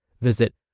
Visit